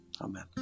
Amen